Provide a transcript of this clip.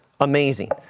amazing